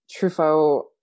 Truffaut